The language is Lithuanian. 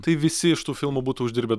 tai visi iš tų filmų būtų uždirbę